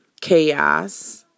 chaos